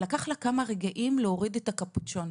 ולקח לה כמה רגעים להוריד את הקפוצ'ון.